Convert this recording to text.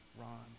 Ron